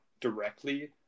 directly